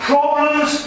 problems